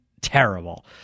terrible